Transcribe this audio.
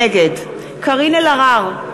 נגד קארין אלהרר,